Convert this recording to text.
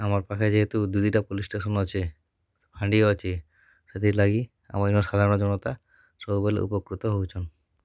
ଆମର ପାଖରେ ଯେହେତୁ ଦୁଇ ଦୁଇଟା ପୋଲିସ ଷ୍ଟେସନ ଅଛି ଫାଣ୍ଡି ଅଛି ସେଥିରଲାଗି ଆମର ସାଧାରଣ ଜନତା ସବୁବେଲେ ଉପକୃତ ହଉଛନ୍